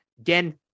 again